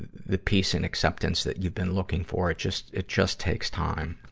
the peace and acceptance that you've been looking for. it just, it just takes time,